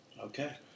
Okay